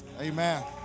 Amen